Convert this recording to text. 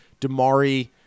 Damari